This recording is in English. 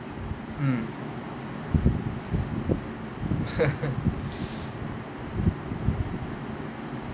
mm